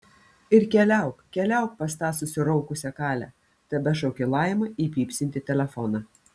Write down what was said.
ir keliauk keliauk pas tą susiraukusią kalę tebešaukė laima į pypsintį telefoną